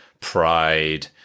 pride